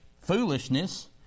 foolishness